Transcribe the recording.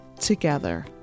together